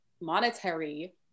monetary